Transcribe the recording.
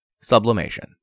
Sublimation